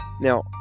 Now